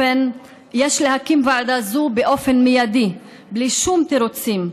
יש להקים ועדה זו באופן מיידי, בלי שום תירוצים.